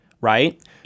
right